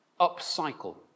upcycle